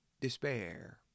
despair